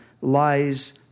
lies